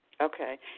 Okay